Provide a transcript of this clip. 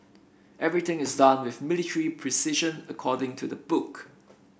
everything is done with military precision according to the book